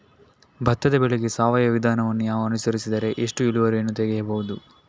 ಭತ್ತದ ಬೆಳೆಗೆ ಸಾವಯವ ವಿಧಾನವನ್ನು ನಾವು ಅನುಸರಿಸಿದರೆ ಎಷ್ಟು ಇಳುವರಿಯನ್ನು ತೆಗೆಯಬಹುದು?